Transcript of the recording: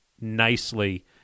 nicely